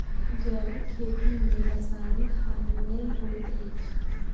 जैविक खेती में रासायनिक हानि नै होइत अछि